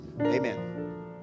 Amen